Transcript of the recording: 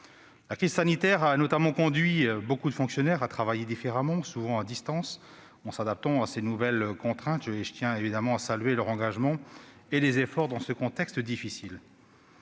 La crise sanitaire a notamment conduit de nombreux fonctionnaires à travailler différemment, souvent à distance, en s'adaptant à ces nouvelles contraintes. Je tiens évidemment à saluer leur engagement et leurs efforts dans ce contexte difficile.